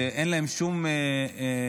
שאין להם שום מקום,